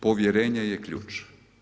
Povjerenje je ključ.